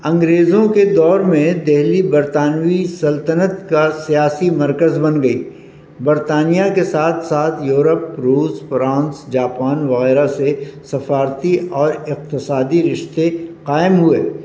انگریزوں کے دور میں دہلی برطانوی سلطنت کا سیاسی مرکز بن گئی برطانیہ کے ساتھ ساتھ یورپ روس فرانس جاپان وغیرہ سے سفارتی اور اقتصادی رشتے قائم ہوئے